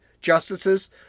justices